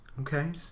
Okay